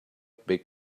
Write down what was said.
big